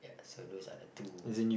so those are the two